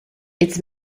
its